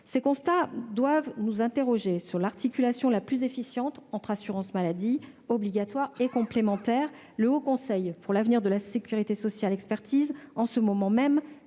Ces constats doivent nous interroger sur l'articulation la plus efficiente entre assurance maladie obligatoire et complémentaire. Le Haut Conseil pour l'avenir de l'assurance maladie expertise, en ce moment même,